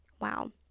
wow